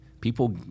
people